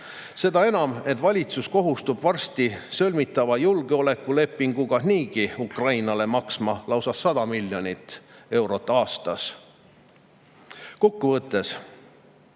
Seda enam, et valitsus kohustub varsti sõlmitava julgeolekulepinguga niigi Ukrainale maksma lausa 100 miljonit eurot aastas. Kokku võttes,